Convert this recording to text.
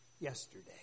yesterday